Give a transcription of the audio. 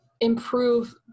improve